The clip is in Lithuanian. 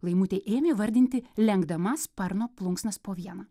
laimutė ėmė vardinti lenkdama sparno plunksnas po vieną